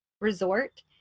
resort